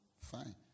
Fine